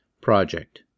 project